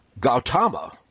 Gautama